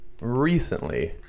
recently